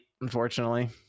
unfortunately